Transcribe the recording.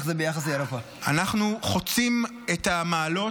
אנחנו חוצים את המעלות.